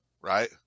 Right